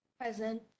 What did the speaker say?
Present